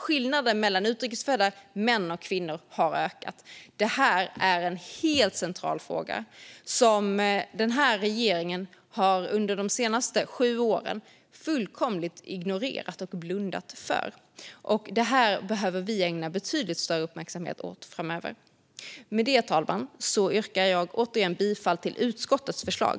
Skillnaden mellan utrikes födda män och kvinnor har ökat. Detta är en helt central fråga som denna regering under de senaste sju åren fullkomligt har ignorerat och blundat för. Den behöver vi ägna betydligt större uppmärksamhet åt framöver. Med det, fru talman, yrkar jag återigen bifall till utskottets förslag.